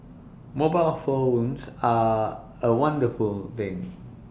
mobile phones are A wonderful things